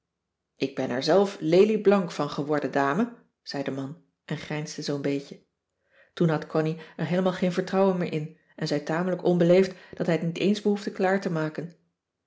ik ben er zelf lelieblank van geworden dame zei de man en grijnsde zoo'n beetje toen had connie er heelemaal geen vertrouwen meer in en zei tamelijk onbeleefd dat hij het niet eens behoefde klaar te maken